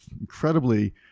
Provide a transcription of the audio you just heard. incredibly